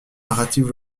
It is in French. narrative